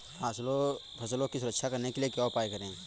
फसलों की सुरक्षा करने के लिए क्या उपाय करें?